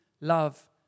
love